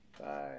Bye